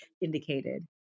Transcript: indicated